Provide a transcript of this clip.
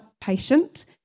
patient